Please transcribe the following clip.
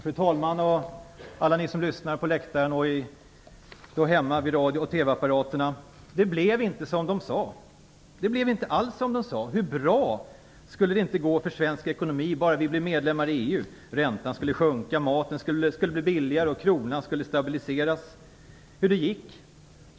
Fru talman och alla ni som lyssnar på läktaren och hemma vid radio och TV-apparaterna! Det blev inte som man sade. Det blev inte alls som man sade! Hur bra skulle det inte gå för svensk ekonomi bara vi blev medlemmar i EU - räntan skulle sjunka, maten skulle bli billigare och kronan skulle stabiliseras. Hur det gick?